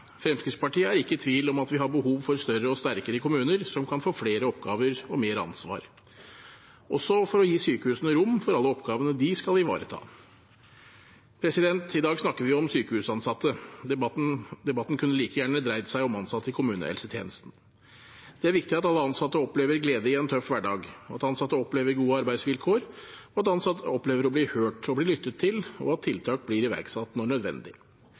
Fremskrittspartiet er ikke i tvil om at vi har behov for større og sterkere kommuner som kan få flere oppgaver og mer ansvar, også for å gi sykehusene rom for alle oppgavene de skal ivareta. I dag snakker vi om sykehusansatte. Debatten kunne like gjerne dreid seg om ansatte i kommunehelsetjenesten. Det er viktig at alle ansatte opplever glede i en tøff hverdag, at ansatte opplever gode arbeidsvilkår, og at ansatte opplever å bli hørt – bli lyttet til – og at tiltak blir iverksatt når det er nødvendig.